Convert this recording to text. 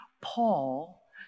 Paul